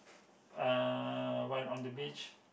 uh while on the beach